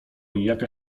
jak